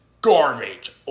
garbage